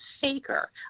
faker